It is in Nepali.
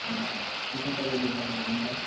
हुन्छ त्यसो भने तपाईँले पठाउनुहुन्छ